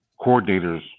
coordinators